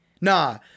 Nah